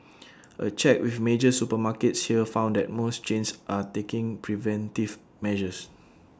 A check with major supermarkets here found that most chains are taking preventive measures